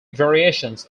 variations